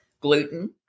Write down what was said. gluten